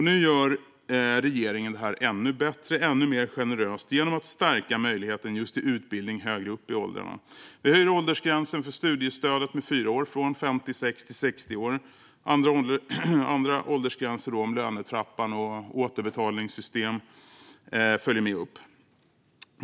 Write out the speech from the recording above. Nu gör regeringen detta system ännu bättre, ännu mer generöst, genom att stärka möjligheten till just utbildning högre upp i åldrarna. Vi höjer åldersgränsen för studiestödet med fyra år, från 56 till 60 år. Andra åldersgränser som har att göra med lånetrappan och återbetalningssystemet följer med upp.